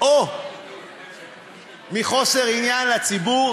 או מחוסר עניין לציבור,